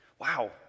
Wow